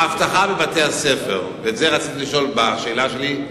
האבטחה בבתי-הספר, ואת זה רציתי לשאול בשאלה שלי,